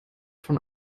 von